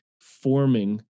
forming